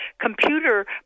computer